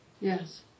Yes